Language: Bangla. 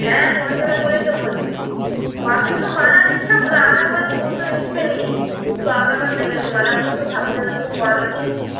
হ্যাঁ হয়ে যাবে বলেই তো বলছি তো আপনি শুধু মালা দিন তারপরে আলাদা করে ফুল তো দিচ্ছেনই ফুল তো আলাদা করে দেবেন ওই মালাগুলো শুধু ঠাকুরেরকে পরানোর জন্য